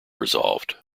resolved